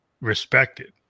respected